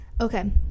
Okay